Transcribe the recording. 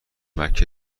مکه